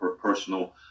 personal